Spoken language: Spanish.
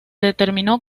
determinó